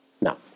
Now